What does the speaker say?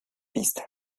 pista